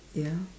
ya